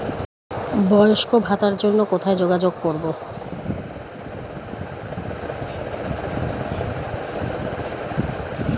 বয়স্ক ভাতার জন্য কোথায় যোগাযোগ করব?